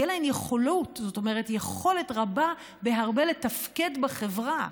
תהיה להם יכולת טובה בהרבה לתפקד בחברה,